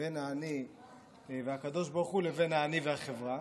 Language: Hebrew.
בין האני והקדוש ברוך הוא לבין האני והחברה,